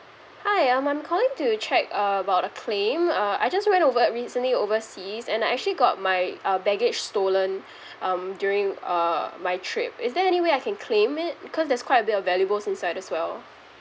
hi um I'm calling to check uh about a claim uh I just went over recently overseas and I actually got my uh baggage stolen um during uh my trip is there any way I can claim it because there's quite a bit of valuables inside as well